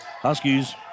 Huskies